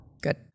Good